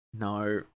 No